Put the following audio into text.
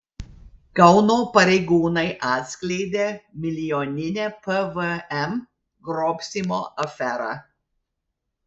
kauno pareigūnai atskleidė milijoninę pvm grobstymo aferą